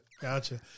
gotcha